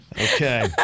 Okay